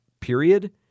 period